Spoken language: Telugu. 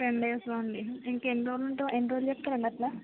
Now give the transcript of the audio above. టెన్ డేస్లో అండి ఇంకెన్ని రోజులు ఉంటావు ఎన్ని రోజులు చెప్తారండి అట్లా